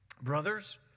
Brothers